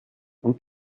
und